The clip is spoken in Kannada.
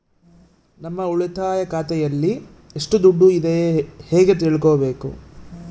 ನಮ್ಮ ಉಳಿತಾಯ ಖಾತೆಯಲ್ಲಿ ಎಷ್ಟು ದುಡ್ಡು ಇದೆ ಹೇಗೆ ತಿಳಿದುಕೊಳ್ಳಬೇಕು?